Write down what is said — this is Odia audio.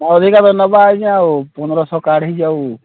ଅଧିକା ବି ନେବା ଆଜ୍ଞା ଆଉ ପନ୍ଦର ଶହ କାଢ଼ିଛି ଆଉ